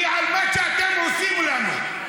כי מה שאתם עושים לנו,